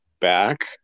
back